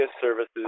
services